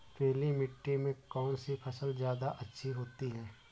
पीली मिट्टी में कौन सी फसल ज्यादा अच्छी होती है?